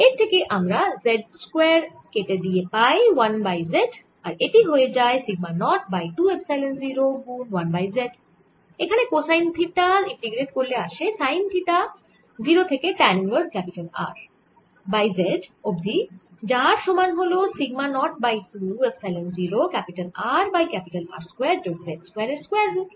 এর থেকে আমরা z স্কয়ার কেটে দিয়ে পাই 1 বাই z আর তাই এটি হয়ে যায় সিগমা নট বাই 2 এপসাইলন 0 গুন 1 বাই z এখানে কোসাইন থিটা ইন্টিগ্রেট করলে আসে সাইন থিটা 0 থেকে tan inverse capital R by z অবধি যার সমান হল sigma naught by 2 epsilon 0 R by R square যোগ z স্কয়ার এর স্কয়ার রুট